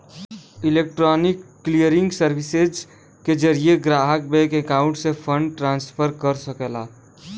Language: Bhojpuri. इलेक्ट्रॉनिक क्लियरिंग सर्विसेज के जरिये ग्राहक बैंक अकाउंट से फंड ट्रांसफर कर सकला